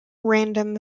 random